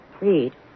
Read